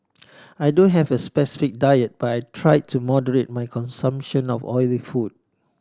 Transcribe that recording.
I don't have a specific diet but I try to moderate my consumption of oily food